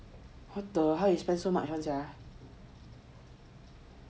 hotel how you spend so much on sia